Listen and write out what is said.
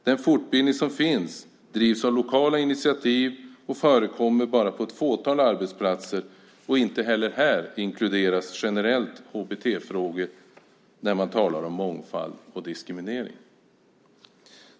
Den fortbildning som finns drivs av lokala initiativ och förekommer bara på ett fåtal arbetsplatser, och inte heller här inkluderas generellt HBT-frågor när man talar om mångfald och diskriminering.